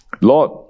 Lord